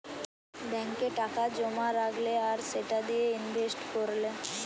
ব্যাংকে টাকা জোমা রাখলে আর সেটা দিয়ে ইনভেস্ট কোরলে